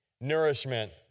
Nourishment